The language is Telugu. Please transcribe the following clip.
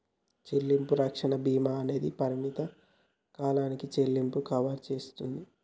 చెల్లింపు రక్షణ భీమా అనేది పరిమిత కాలానికి చెల్లింపులను కవర్ చేస్తాది